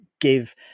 give